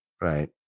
Right